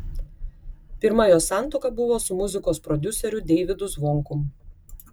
pirma jos santuoka buvo su muzikos prodiuseriu deivydu zvonkum